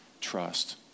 trust